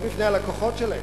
לא בפני הלקוחות שלהם.